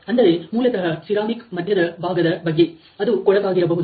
ಅಂದರೆ ಮೂಲತಹ ಸಿರಾಮಿಕ್ ಮಧ್ಯದ ಭಾಗದ ಬಗ್ಗೆ ಅದು ಕೊಳಕಾಗಿರಬಹುದು